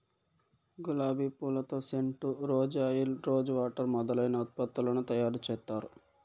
గులాబి పూలతో scent, rose oil, rose water మొదలైన ఉత్పత్తులను తయారు చేత్తారు